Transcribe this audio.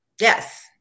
Yes